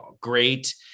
great